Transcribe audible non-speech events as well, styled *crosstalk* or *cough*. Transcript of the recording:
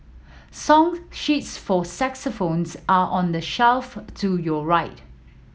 song sheets for *unintelligible* are on the shelf to your right